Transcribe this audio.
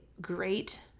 great